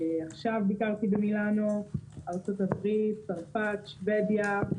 עכשיו ביקרתי במילאנו, ארצות הברית, צרפת, שוודיה,